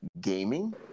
Gaming